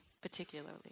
particularly